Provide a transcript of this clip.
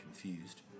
confused